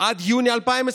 עד יוני 2021?